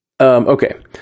Okay